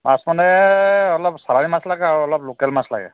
মাছ মানে অলপ চালানী মাছ লাগে আৰু অলপ লোকেল মাছ লাগে